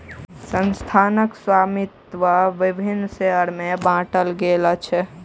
संस्थानक स्वामित्व विभिन्न शेयर में बाटल गेल अछि